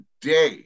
today